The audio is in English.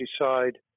decide